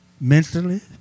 mentally